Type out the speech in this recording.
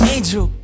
Angel